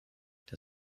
der